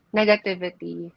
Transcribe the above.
negativity